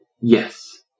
Yes